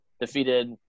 defeated